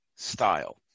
style